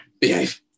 behave